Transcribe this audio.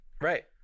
Right